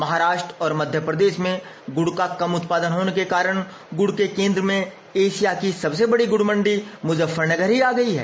महाराष्ट्र और मध्य प्रदेश में गुड़ का कम उत्पादन होने के कारण गुड़ के केंद्र में एशिया की सबसे बड़ी गुड़ मंडी मुजफ्फरनगर ही आ गई है